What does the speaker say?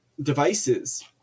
devices